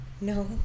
No